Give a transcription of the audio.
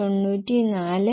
1 ഉം 1